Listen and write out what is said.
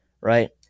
right